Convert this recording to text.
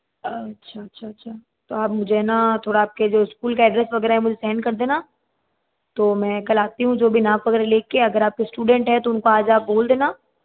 अच्छा अच्छा अच्छा तो आप मुझे है ना थोड़ा आपके जो स्कूल का ड्रेस वगैरह है मुझे सेंड कर देना तो मैं कल आती हूँ जो भी नाप वगैरह लेके अगर आप स्टूडेंट हैं तो उनको आज आप बोल देना